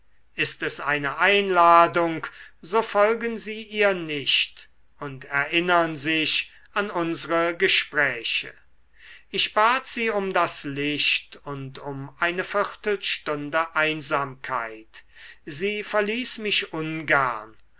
ist es eine einladung so folgen sie ihr nicht und erinnern sich an unsre gespräche ich bat sie um das licht und um eine viertelstunde einsamkeit sie verließ mich ungern